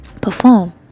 perform